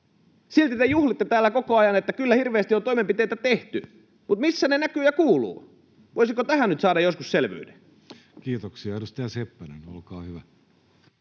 Silti te juhlitte täällä koko ajan, että kyllä hirveästi on toimenpiteitä tehty. Missä ne näkyvät ja kuuluvat? Voisiko tähän nyt saada joskus selvyyden? [Speech 321] Speaker: